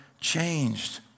changed